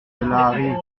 cela